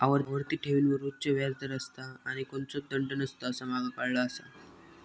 आवर्ती ठेवींवर उच्च व्याज दर असता आणि कोणतोच दंड नसता असा माका काळाला आसा